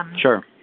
Sure